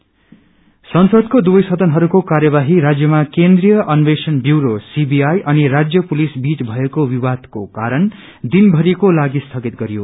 session संसदको दुवै सदनहरूको कार्यवाही राज्यमा केन्द्रीय अन्चेषण ब्यरो सीबीआई अनि राज्य पुलिस बीच भएको विवादको कारण दिन भरिको लागि स्थगित गरियो